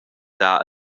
dar